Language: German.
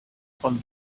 von